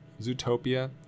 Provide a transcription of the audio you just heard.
Zootopia